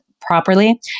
Properly